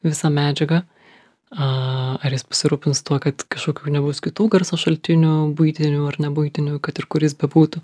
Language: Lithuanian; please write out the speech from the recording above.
visą medžiagą a ar jis pasirūpins tuo kad kažkokių nebūtų kitų garso šaltinių buitinių ar nebuitinių kad ir kur jis bebūtų